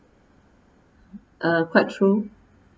uh quite true